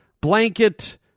blanket